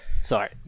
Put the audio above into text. sorry